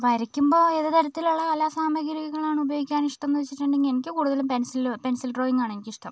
വരയ്ക്കുമ്പോൾ ഏത് തരത്തിലുള്ള കലാ സാമഗ്രികളാണ് ഉപയോഗിക്കാൻ ഇഷ്ട്ടം എന്ന് വെച്ചിട്ടുണ്ടെങ്കിൽ എനിക്ക് കൂടുതലും പെൻസില് പെൻസിൽ ഡ്രോയിങാണ് എനിക്കിഷ്ട്ടം